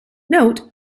note